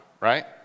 right